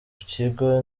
kigo